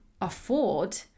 afford